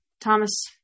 Thomas